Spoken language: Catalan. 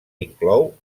inclou